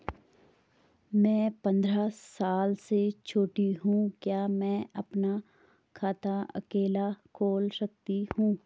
मैं पंद्रह साल से छोटी हूँ क्या मैं अपना खाता अकेला खोल सकती हूँ?